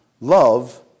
love